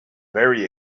very